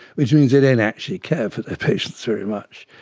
which means they don't actually care for their patients very much,